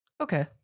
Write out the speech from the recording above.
Okay